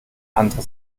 andere